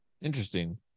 Interesting